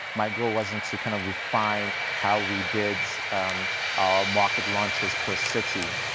my goal wasn't to kind of refine how we did our market launches per city,